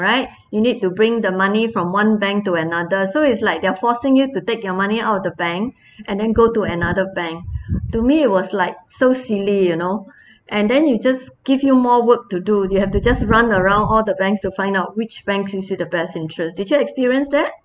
right you need to bring the money from one bank to another so is like they're forcing you to take your money out of the bank and then go to another bank to me it was like so silly you know and then you just give you more work to do you have to just run around all the banks to find out which bank gives you the best interest did you experience that